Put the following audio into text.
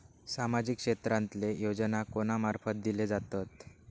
सामाजिक क्षेत्रांतले योजना कोणा मार्फत दिले जातत?